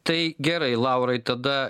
tai gerai laurai tada